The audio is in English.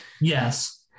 Yes